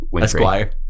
Esquire